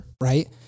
right